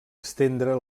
estendre